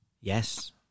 yes